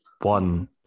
One